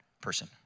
person